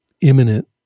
imminent